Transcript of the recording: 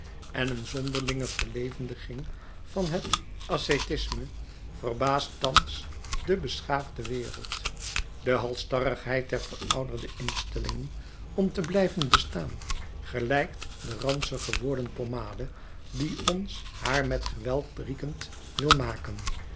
en een zonderlinge verlevendiging van het ascétisme verbaast thans de beschaafde wereld de halsstarrigheid der verouderde instellingen om te blijven bestaan gelijkt de ransig geworden pommade die ons haar met geweld welriekend wil maken